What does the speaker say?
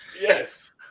Yes